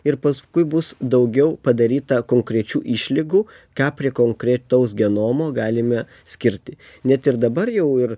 ir paskui bus daugiau padaryta konkrečių išlygų ką prie konkretaus genomo galime skirti net ir dabar jau ir